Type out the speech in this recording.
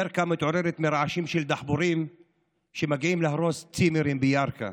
ירכא מתעוררת מרעשים של דחפורים שמגיעים להרוס צימרים בירכא.